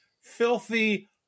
filthy